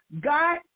God